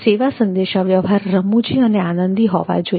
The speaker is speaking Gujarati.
સેવા સંદેશાવ્યવહાર રમૂજી અને આનંદી હોવા જોઈએ